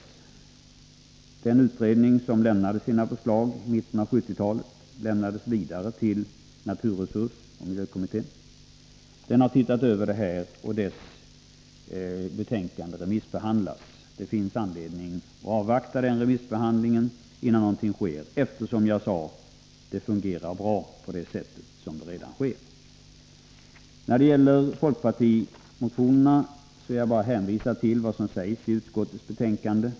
Miljöforskningsutredningens förslag, som lades fram i mitten av 1970-talet, lämnades vidare till naturresursoch miljökommittén. Dess betänkande remissbehandlas nu. Det finns anledning att avvakta denna remissbehandling innan något görs, eftersom det, som jag sade, fungerar bra på det sätt som verksamheten redan är organiserad. När det gäller folkpartimotionerna vill jag bara hänvisa till vad som sägs i utskottets betänkande.